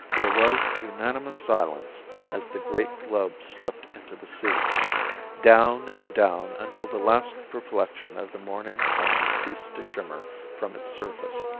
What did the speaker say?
there was unanimous silence as the great globe slipped into the sea down and down until the last reflection of the morning sun ceased to shimmer from its surface.